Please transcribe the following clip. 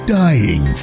dying